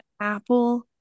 apple